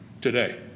today